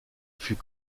fut